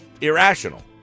irrational